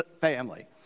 family